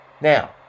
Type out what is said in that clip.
Now